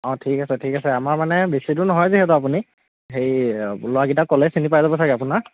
অঁ ঠিক আছে ঠিক আছে আমাৰ মানে বেছি দূৰ নহয় যিহেতু আপুনি হেই ল'ৰা কেইটাক ক'লে চিনি পাই যাব চাগৈ আপোনাৰ